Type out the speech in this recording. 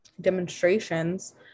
demonstrations